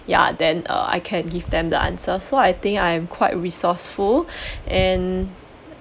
ya then I can give them the answers so I think I am quite resourceful and